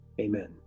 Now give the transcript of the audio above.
Amen